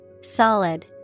Solid